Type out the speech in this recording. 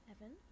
Evan